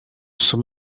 some